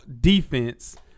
defense